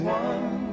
one